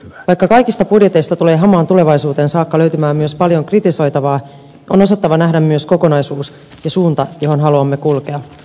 vaikka kaikista budjeteista tulee hamaan tulevaisuuteen saakka löytymään myös paljon kritisoitavaa on osattava nähdä myös kokonaisuus ja suunta johon haluamme kulkea